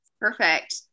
Perfect